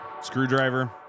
screwdriver